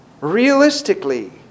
realistically